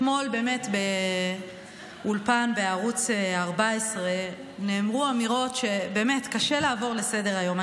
אתמול באולפן בערוץ 14 נאמרו אמירות שבאמת קשה לעבור עליהן לסדר-היום.